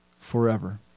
forever